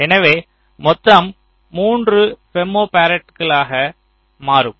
எனவே மொத்தம் 3 ஃபெம்டோபாரட்களாக மாறும்